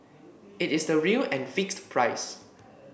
it is the real and fixed price